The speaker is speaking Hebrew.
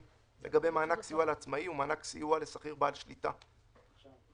מענקי סיוע לעצמאי ולשכיר בעל שליטה בחברת